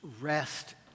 rest